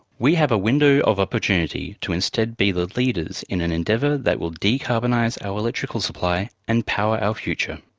we have a window of opportunity to instead be the leaders in an endeavour that will decarbonise our electrical supply and power our future.